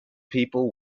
people